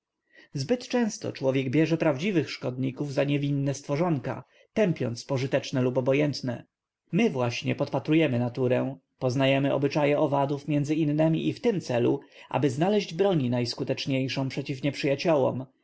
zbyt często człowiek bierze prawdziwych szkodników za niewinne stworzonka tępiąc pożyteczne lub obojętne my właśnie podpatrujemy naturę poznajemy obyczaje owadów między innemi i w tym celu aby znaleźć broń najskuteczniejszą